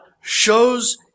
shows